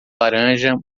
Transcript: laranja